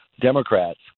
Democrats